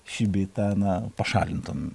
šį bei tą na pašalintum